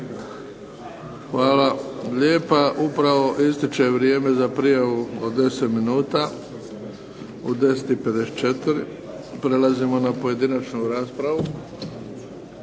Hvala lijepa. Upravo ističe vrijeme za prijavu od 10 minuta. U 10,54. Prelazimo na pojedinačnu raspravu.